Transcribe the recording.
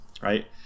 right